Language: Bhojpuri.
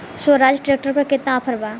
स्वराज ट्रैक्टर पर केतना ऑफर बा?